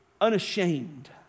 unashamed